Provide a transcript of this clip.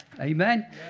Amen